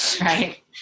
Right